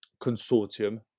consortium